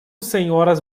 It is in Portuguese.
senhoras